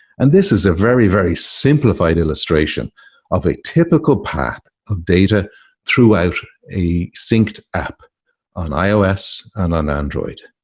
and this is a very, very simplified illustration of a typical path of data throughout a synced app on ios and on android.